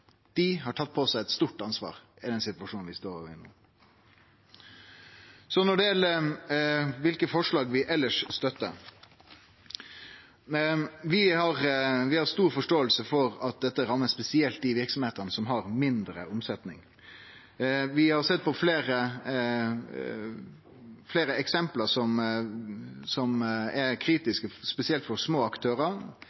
Dei har tatt på seg eit stort ansvar i den situasjonen vi står i no. Så til dei forslaga vi elles støttar: Vi har stor forståing for at dette rammar spesielt dei verksemdene som har mindre omsetning. Vi har sett på fleire eksempel som er